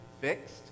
fixed